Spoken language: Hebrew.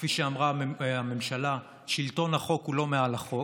כפי שאמרה הממשלה, שלטון החוק הוא לא מעל לחוק.